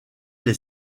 les